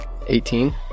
18